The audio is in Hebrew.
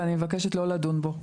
ואני מבקשת לא לדון בו.